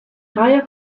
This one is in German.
reihe